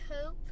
hope